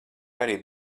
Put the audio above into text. arī